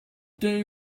they